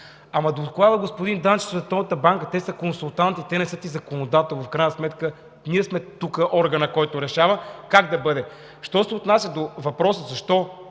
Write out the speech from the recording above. до склада. Господин Данчев, Световната банка са консултанти, не са законодатели, а в крайна сметка ние сме органът, който решава как да бъде. Що се отнася до въпроса: защо